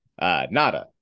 Nada